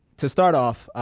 to start off,